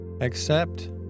Accept